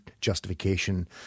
justification